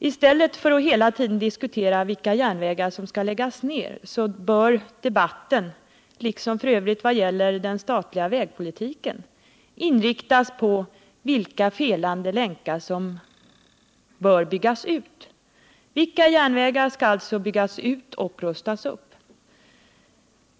I stället för att hela tiden gälla vilka järnvägar som skall läggas ned bör debatten om detta — liksom f. ö. om den statliga vägpolitiken — inriktas på vilka de felande länkarna är. Vilka järnvägar skall byggas ut och rustas upp?